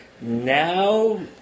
Now